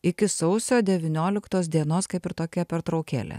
iki sausio devynioliktos dienos kaip ir tokia pertraukėlė